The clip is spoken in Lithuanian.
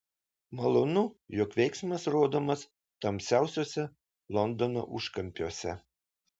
malonu jog veiksmas rodomas tamsiausiuose londono užkampiuose